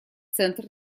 центр